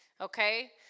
Okay